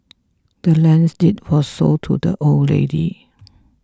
the land's deed was sold to the old lady